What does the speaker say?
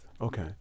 Okay